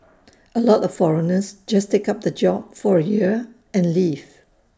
A lot of foreigners just take up the job for A year and leave